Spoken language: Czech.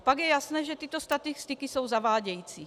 Pak je jasné, že tyto statistiky jsou zavádějící.